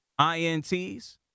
INTs